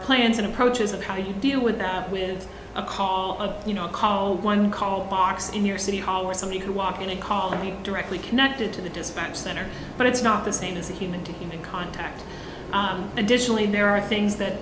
plans and approaches of how do you deal with that when a call of you know call one call box in your city hall or somebody could walk in and call me directly connected to the dispatch center but it's not the same as a human to human contact additionally there are things that